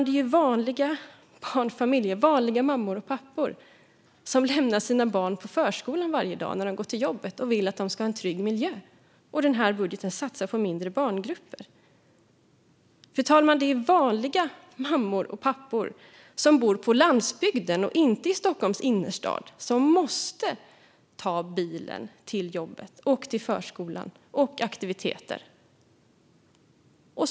Det är vanliga mammor och pappor som varje dag när de går till jobbet lämnar sina barn på förskolan och vill att de ska vara i en trygg miljö, och i den här budgeten satsar vi på mindre barngrupper. Fru talman! Det är vanliga mammor och pappor som bor på landsbygden, inte i Stockholms innerstad, som måste ta bilen till jobbet, till förskolan och till aktiviteterna.